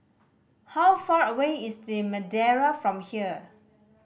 how far away is The Madeira from here